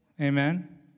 Amen